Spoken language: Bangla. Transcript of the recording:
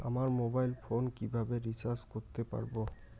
আমার মোবাইল ফোন কিভাবে রিচার্জ করতে পারব?